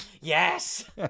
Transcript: Yes